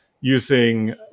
using